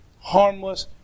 harmless